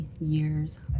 years